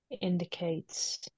indicates